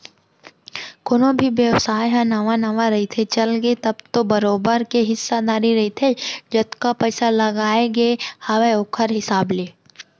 कोनो भी बेवसाय ह नवा नवा रहिथे, चलगे तब तो बरोबर के हिस्सादारी रहिथे जतका पइसा लगाय गे हावय ओखर हिसाब ले